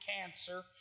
cancer